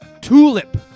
Tulip